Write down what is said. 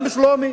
גם בשלומי.